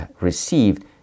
received